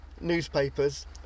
newspapers